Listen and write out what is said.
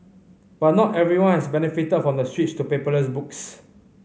but not everyone has benefited from the switch to paperless books